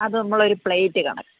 അത് നമ്മൾ ഒരു പ്ലേറ്റ് കണക്ക്